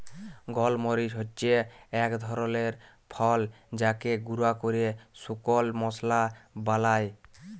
গল মরিচ হচ্যে এক ধরলের ফল যাকে গুঁরা ক্যরে শুকল মশলা বালায়